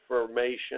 information